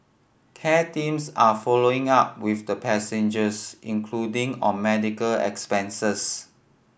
care teams are following up with the passengers including on medical expenses